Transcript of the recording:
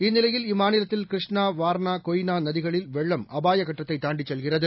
இந்நிலையில் இம்மாநிலத்தில் கிருஷ்ணா வார்னா கொய்னாநதிகளில் வெள்ளம் அபாயகட்டத்தைதாண்டிச் செல்கிறது